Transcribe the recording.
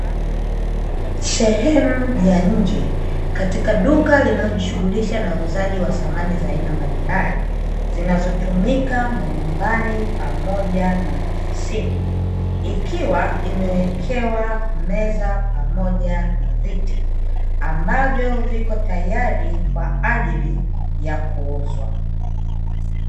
Sehemu ya nje katika duka linalojishughulisha na uuzaji wa samani za aina mbalimbali zinazotumika majumbani pamoja na maofisini, ikiwa imewekewa meza pamoja na viti ambavyo viko tayari kwa ajili ya kuuzwa.